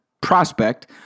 prospect